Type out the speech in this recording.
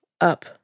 up